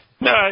No